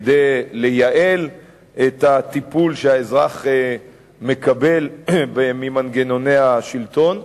כדי לייעל את הטיפול שהאזרח מקבל ממנגנוני השלטון.